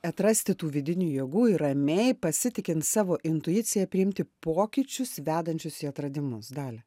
atrasti tų vidinių jėgų ir ramiai pasitikint savo intuicija priimti pokyčius vedančius į atradimus dalia